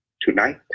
tonight